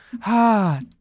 Hot